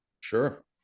sure